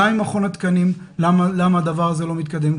גם ממכון התקנים למה הדבר הזה לא מתקדם,